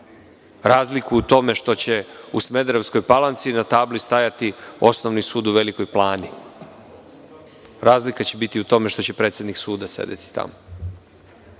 razliku u tome što će u Smederevskoj Palanci na tabli stajati Osnovni sud u Velikoj Plani. Razlika će biti u tome što će predsednik suda sedeti tamo.